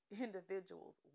individuals